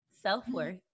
self-worth